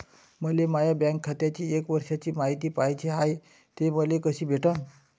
मले माया बँक खात्याची एक वर्षाची मायती पाहिजे हाय, ते मले कसी भेटनं?